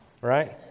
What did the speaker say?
Right